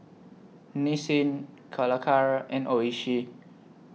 Nissin Calacara and Oishi